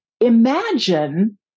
imagine